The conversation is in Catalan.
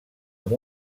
amb